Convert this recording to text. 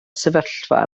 sefyllfa